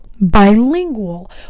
bilingual